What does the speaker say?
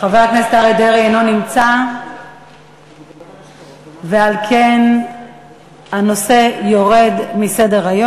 חבר הכנסת אריה דרעי אינו נמצא ועל כן הנושא יורד מסדר-היום.